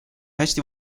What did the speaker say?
hästi